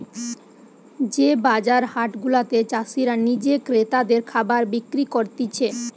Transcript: যে বাজার হাট গুলাতে চাষীরা নিজে ক্রেতাদের খাবার বিক্রি করতিছে